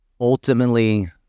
ultimately